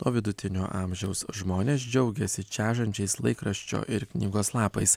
o vidutinio amžiaus žmonės džiaugiasi čežančiais laikraščio ir knygos lapais